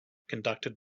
conducted